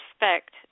respect